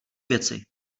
věci